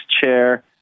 chair